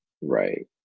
right